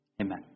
Amen